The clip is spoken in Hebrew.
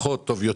פחות טוב,